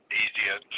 easier